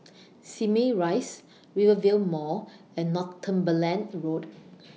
Simei Rise Rivervale Mall and Northumberland Road